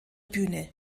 bühne